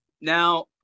Now